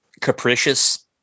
capricious